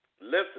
Listen